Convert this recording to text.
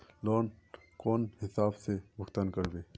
Loan कौन हिसाब से भुगतान करबे?